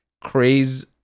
crazy